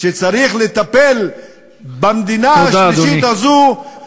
צריך לטפל במדינה השלישית הזאת, תודה, אדוני.